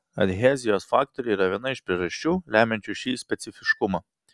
adhezijos faktoriai yra viena iš priežasčių lemiančių šį specifiškumą